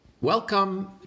Welcome